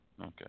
Okay